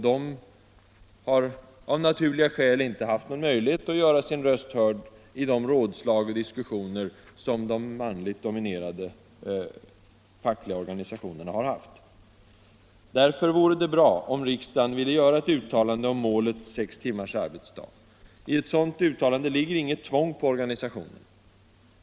De har av naturliga skäl inte haft någon möjlighet att göra sin röst hörd i de rådslag och diskussioner som de manligt dominerade fackliga organisationerna har haft. Därför vore det bra om riksdagen ville göra ett uttalande om målet sex timmars arbetsdag. I ett sådant uttalande ligger inget tvång på organisationerna.